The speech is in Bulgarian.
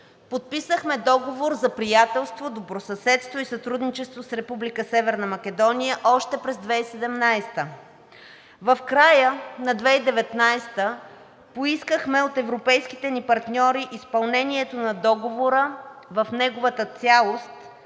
Подписахме Договор за приятелство, добросъседство и сътрудничество с Република Северна Македония още през 2017 г. В края на 2019 г. поискахме от европейските ни партньори изпълнението на Договора в неговата цялост,